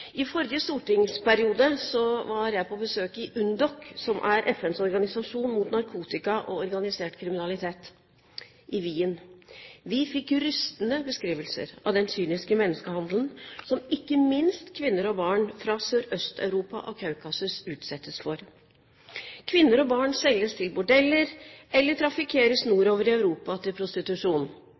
forrige stortingsperiode var jeg på besøk i UNODC, som er FNs organisasjon mot narkotika og organisert kriminalitet, i Wien. Vi fikk rystende beskrivelser av den kyniske menneskehandelen som ikke minst kvinner og barn fra Sørøst-Europa og Kaukasus utsettes for. Kvinner og barn selges til bordeller eller trafikkeres nordover i Europa til prostitusjon.